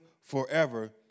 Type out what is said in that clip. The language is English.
forever